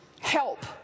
help